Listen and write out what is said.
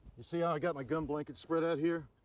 you see how i got my gum blanket spread out here,